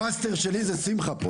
המאסטר שלי זה שמחה פה.